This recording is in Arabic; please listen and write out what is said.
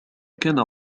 كان